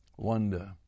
wonder